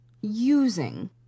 Using